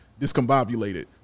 discombobulated